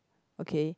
okay